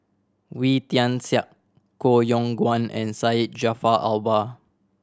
Wee Tian Siak Koh Yong Guan and Syed Jaafar Albar